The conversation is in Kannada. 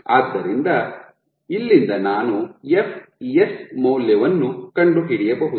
ಆದ್ದರಿಂದ ಇಲ್ಲಿಂದ ನಾನು fs ಮೌಲ್ಯವನ್ನು ಕಂಡುಹಿಡಿಯಬಹುದು